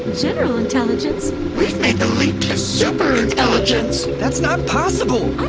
general intelligence we've made the leap to super intelligence that's not possible!